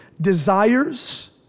desires